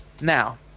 Now